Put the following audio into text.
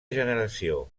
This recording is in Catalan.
generació